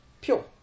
pure